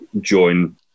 join